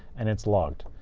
and it's logged.